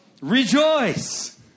rejoice